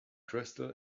crystal